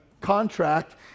contract